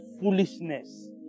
foolishness